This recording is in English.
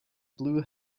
blue